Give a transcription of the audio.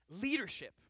leadership